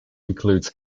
includes